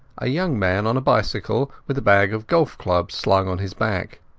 a young man on a bicycle, with a bag of golf-clubs slung on his back.